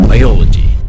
Biology